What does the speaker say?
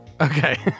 Okay